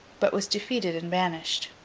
but was defeated and banished.